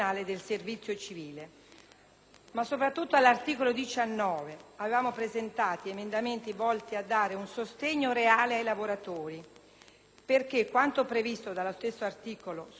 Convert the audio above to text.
Ma, soprattutto, all'articolo 19 avevamo presentato emendamenti volti a dare un sostegno reale ai lavoratori, perché quanto previsto dallo stesso articolo sugli ammortizzatori sociali